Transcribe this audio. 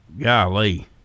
Golly